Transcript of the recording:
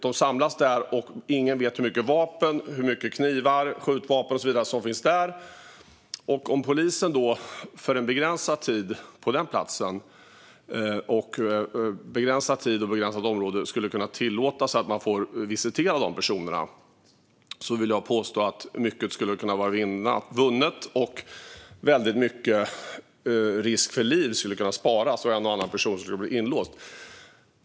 De samlades där, och ingen vet hur mycket vapen, knivar, skjutvapen och annat som de hade med sig. Om polisen då under en begränsad tid och på ett begränsat område hade varit tillåten att visitera personer vill jag påstå att mycket skulle ha varit vunnet. Riskerna för liv hade varit betydligt mindre, och en och annan person hade kunnat bli inlåst.